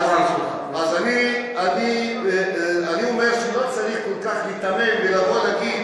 אני אומר שלא צריך כל כך להיתמם ולבוא להגיד